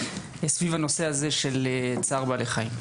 סביב הנושא הזה של צער בעלי חיים.